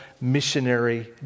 missionary